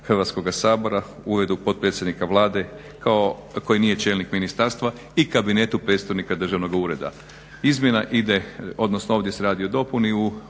Hrvatskoga sabora, Uredu potpredsjednika Vlade koji nije čelnik ministarstva i Kabinetu predstojnika državnog ureda. Izmjena ide odnosno ovdje se radi o dopuni